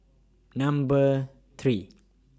Number three